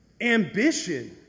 ambition